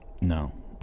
no